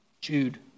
Jude